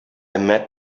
met